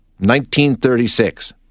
1936